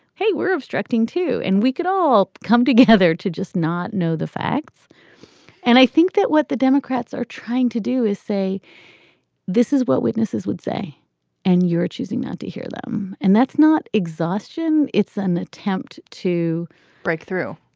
hey, we're obstructing, too. and we could all come together to just not know the facts and i think that what the democrats are trying to do is say this is what witnesses would say and you're choosing not to hear them. and that's not exhaustion. it's an attempt to breakthrough,